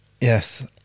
Yes